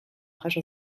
jaso